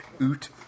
Oot